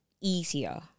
easier